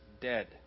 dead